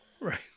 Right